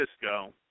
Cisco